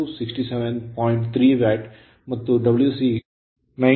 9 watt ಅನ್ನು ಪಡೆಯುತ್ತೇವೆ